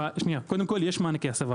קודם כל, יש מענקי הסבה.